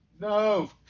No